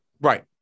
Right